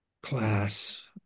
class